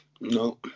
No